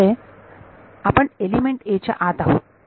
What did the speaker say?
त्यामुळे आपण element a च्या आत आहोत